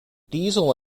diesel